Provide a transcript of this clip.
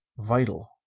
vital.